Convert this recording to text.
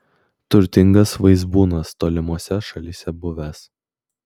turtingas vaizbūnas tolimose šalyse buvęs